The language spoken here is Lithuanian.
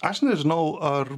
aš nežinau ar